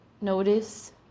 notice